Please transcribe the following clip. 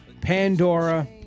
Pandora